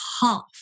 half